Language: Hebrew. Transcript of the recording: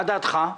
מה דעתך?